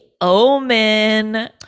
omen